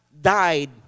died